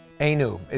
Anu